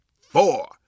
four